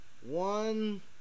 one